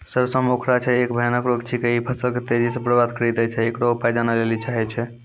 सरसों मे उखरा जे एक भयानक रोग छिकै, इ फसल के तेजी से बर्बाद करि दैय छैय, इकरो उपाय जाने लेली चाहेय छैय?